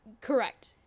Correct